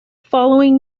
following